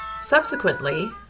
Subsequently